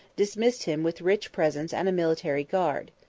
dismissed him with rich presents and a military guard.